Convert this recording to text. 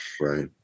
right